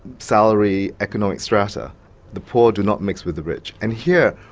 salary, economic strata the poor do not mix with the rich. and here,